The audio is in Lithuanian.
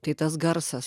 tai tas garsas